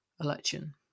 election